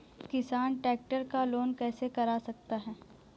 किसान ट्रैक्टर का लोन कैसे करा सकता है?